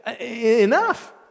enough